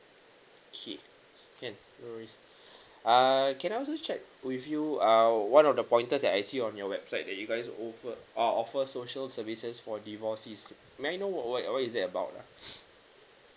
okay can no worries uh can I also check with you uh one of the pointers that I see on your website that you guys offered uh offered social services for divorcees may I know what what is that about uh